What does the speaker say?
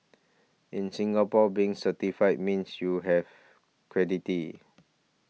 in Singapore being certified means you have